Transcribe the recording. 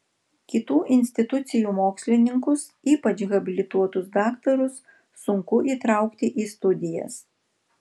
kitų institucijų mokslininkus ypač habilituotus daktarus sunku įtraukti į studijas